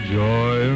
joy